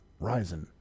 Ryzen